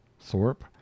Thorpe